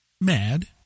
mad